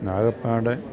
ആകപ്പാടെ